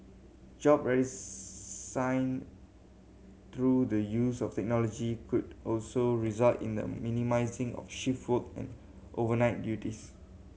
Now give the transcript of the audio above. job through the use of technology could also result in the minimising of shift work and overnight duties